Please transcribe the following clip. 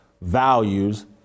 values